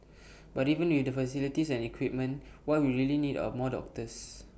but even with the facilities and equipment what we really need are more doctors